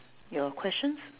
your questions